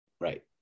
Right